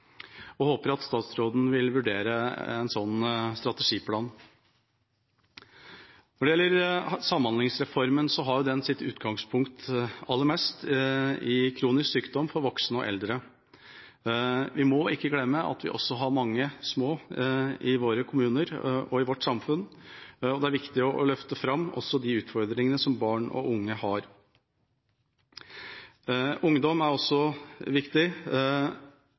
og håper at statsråden vil vurdere en slik strategiplan. Når det gjelder Samhandlingsreformen, har den sitt viktigste utgangspunkt i kronisk sykdom for voksne og eldre. Vi må ikke glemme at vi også har mange små i våre kommuner og i vårt samfunn, og det er viktig å løfte fram også de utfordringene som barn og unge har. Ungdom er også viktig.